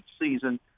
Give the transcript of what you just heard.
season